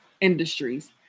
industries